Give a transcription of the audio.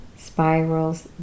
spirals